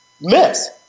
miss